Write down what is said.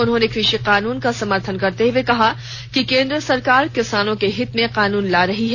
उन्होंने कृषि कानून का समर्थन करते हुए कहा कि केंद्र सरकार किसानों के हित में कानून लायी है